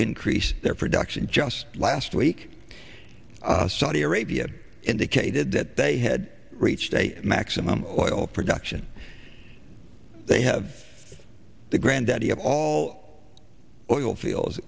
increase their production just last week saudi arabia indicated that they had reached a maximum oil production they have the granddaddy of all oil fields